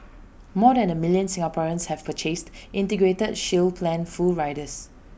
more than A million Singaporeans have purchased integrated shield plan full riders